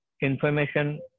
information